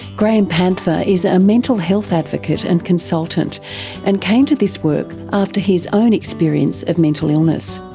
graham panther is a mental health advocate and consultant and came to this work after his own experience of mental illness.